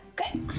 Okay